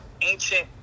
ancient